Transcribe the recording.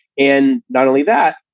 and not only that,